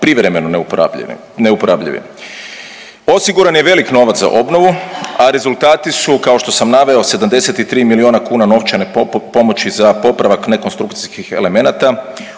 privremeno neuporabljivim. Osiguran je velik novac za obnovu, a rezultati su, kao što sam naveo, 73 milijuna kuna novčane pomoći za popravak nekonstrukcijskih elemenata,